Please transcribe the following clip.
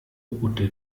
unter